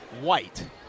White